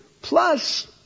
plus